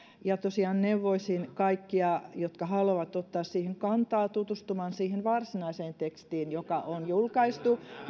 ja tosiaan neuvoisin kaikkia jotka haluavat ottaa siihen kantaa tutustumaan siihen varsinaiseen tekstiin joka on julkaistu